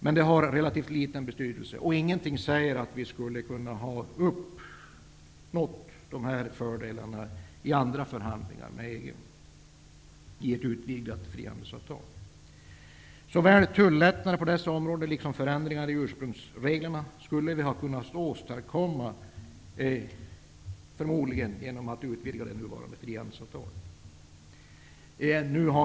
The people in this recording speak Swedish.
Men detta har relativt liten betydelse. Det finns ingenting som säger att vi skulle ha fått igenom de här fördelarna i andra förhandlingar med EG i ett utvidgat frihandelsavtal. Såväl tullättnader på dessa områden som förändringar i ursprungsregler skulle vi förmodligen ha kunnat åstadkomma genom en utvidgning av det nu gällande frihandelsavtalet.